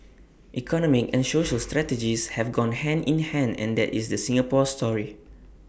economic and social strategies have gone hand in hand and that is the Singapore story